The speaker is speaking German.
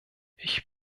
ich